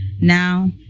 now